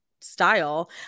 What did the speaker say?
style